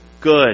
good